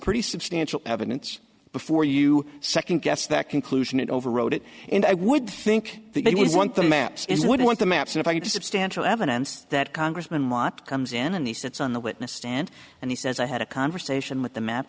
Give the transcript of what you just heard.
pretty substantial evidence before you second guess that conclusion it overrode it and i would think that they would want the maps is would want the maps if i could to substantial evidence that congressman watt comes in and he sits on the witness stand and he says i had a conversation with the map